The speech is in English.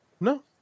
No